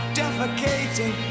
defecating